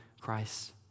Christ